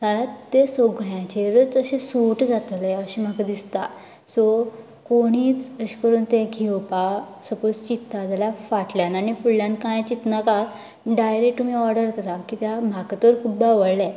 जाल्यार तें सगळ्यांचेरच अशें सूट जातलें अशें म्हाका दिसता सो कोणीच अशें करून तें घेवपाक सपोज चिंता जाल्यार फाटल्यान आनी फुडल्यान कांय चिंतनाका डायेरक्ट तुमी ऑर्डर करात कित्याक म्हाका तर खूब आवडली